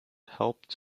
helped